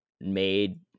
made